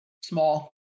Small